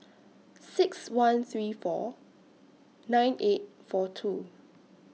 six one three four nine eight four two